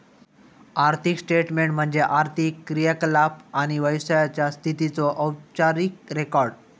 आर्थिक स्टेटमेन्ट म्हणजे आर्थिक क्रियाकलाप आणि व्यवसायाचा स्थितीचो औपचारिक रेकॉर्ड